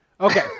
Okay